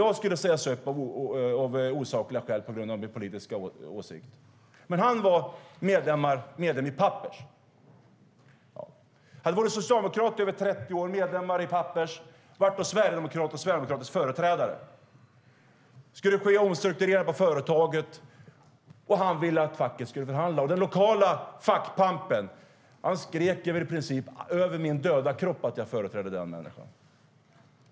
Jag skulle sägas upp av osakliga skäl på grund av mina politiska åsikter. Men den här arbetstagaren var medlem i Pappers. Han hade varit socialdemokrat och medlem i Pappers i över 30 år, men blev sedan sverigedemokratisk företrädare. Det skulle ske en omstrukturering på företaget, och han ville att facket skulle förhandla. Den lokala fackpampen skrek: Över min döda kropp att jag företräder den människan!